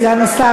אדוני סגן השר,